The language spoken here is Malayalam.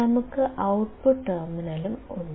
നമുക്ക് ഔട്ട്പുട്ട് ടെർമിനലും ഉണ്ട്